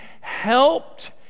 helped